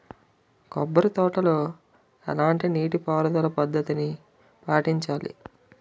కొబ్బరి తోటలో ఎలాంటి నీటి పారుదల పద్ధతిని పాటించాలి?